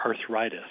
arthritis